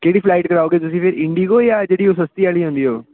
ਕਿਹੜੀ ਫਲਾਈਟ ਕਰਾਓਗੇ ਤੁਸੀਂ ਫਿਰ ਇੰਡੀਗੋ ਜਾਂ ਜਿਹੜੀ ਓ ਸਸਤੀ ਵਾਲੀ ਹੁੰਦੀ ਉਹ